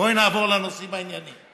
בואי נעבור לנושאים העניינים.